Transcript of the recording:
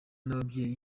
n’ababyeyi